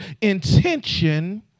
intention